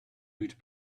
route